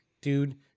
Dude